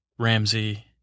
Ramsey